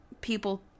people